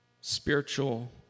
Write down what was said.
spiritual